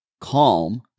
calm